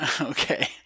Okay